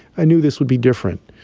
i knew this would be different.